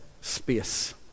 space